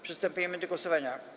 Przystępujemy do głosowania.